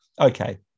okay